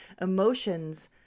emotions